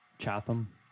chatham